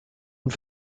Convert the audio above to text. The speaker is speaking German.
und